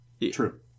True